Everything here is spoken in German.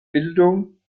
bildung